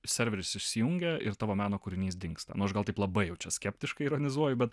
serveris išsijungia ir tavo meno kūrinys dingsta nu aš gal taip labai jau čia skeptiškai ironizuoju bet